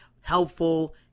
helpful